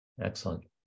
Excellent